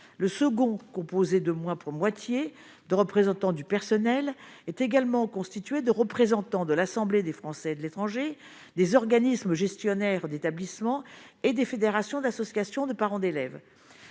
le second composé de moi pour moitié de représentants du personnel est également constitué de représentants de l'Assemblée des Français de l'étranger, des organismes gestionnaires d'établissements et des fédérations d'associations de parents d'élèves,